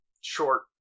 short